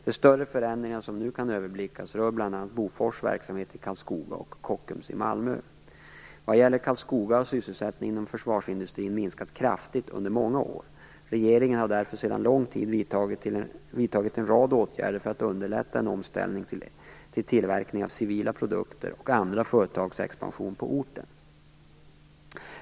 De större förändringar som nu kan överblickas rör bl.a. Bofors verksamhet i Karlskoga och Kockums i Vad gäller Karlskoga har sysselsättningen inom försvarsindustrin minskat kraftigt under många år. Regeringen har därför sedan en lång tid vidtagit en rad åtgärder för att underlätta en omställning till tillverkning av civila produkter och andra företags expansion på orten.